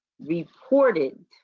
reported